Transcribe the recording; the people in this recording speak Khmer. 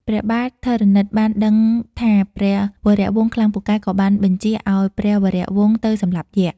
ព្រះបាទធរណិតបានដឹងថាព្រះវរវង្សខ្លាំងពូកែ ក៏បានបញ្ជាឱ្យព្រះវរវង្សទៅសម្លាប់យក្ស។